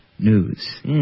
news